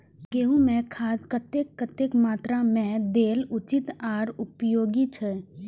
गेंहू में खाद कतेक कतेक मात्रा में देल उचित आर उपयोगी छै?